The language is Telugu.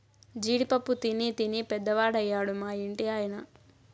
జీడి పప్పు తినీ తినీ పెద్దవాడయ్యాడు మా ఇంటి ఆయన